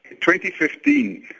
2015